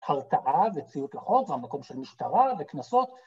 ‫הרתעה וציות לחוק ‫והמקום של משטרה וקנסות.